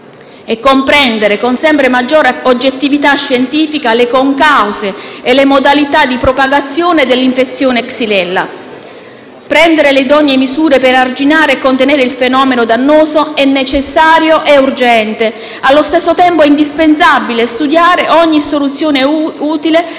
per comprendere con sempre maggior oggettività scientifica le concause e le modalità di propagazione dell'infezione da xylella. Prendere le idonee misure per arginare e contenere il fenomeno dannoso è necessario e urgente. Allo stesso tempo è indispensabile studiare ogni soluzione in